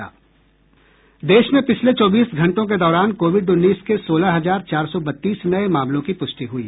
देश में पिछले चौबीस घंटों के दौरान कोविड उन्नीस के सोलह हजार चार सौ बत्तीस नये मामलों की पुष्टि हुई